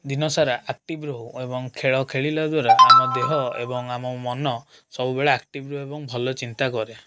ଦିନସାରା ଆକ୍ଟିଭ ରହୁ ଏବଂ ଖେଳ ଖେଳିଲା ଦ୍ଵାରା ଆମ ଦେହ ଏବଂ ଆମ ମନ ସବୁବେଳେ ଆକ୍ଟିଭ ରୁହେ ଏବଂ ଭଲ ଚିନ୍ତା କରେ